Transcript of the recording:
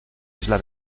isla